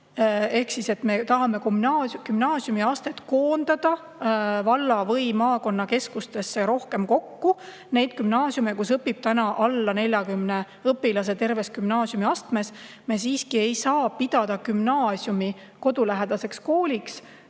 üle. Me tahame gümnaasiumiastet koondada valla- või maakonnakeskustesse rohkem kokku – just neid gümnaasiume, kus õpib täna alla 40 õpilase terves gümnaasiumiastmes. Me siiski ei saa pidada gümnaasiumi kodulähedaseks kooliks,